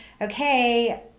okay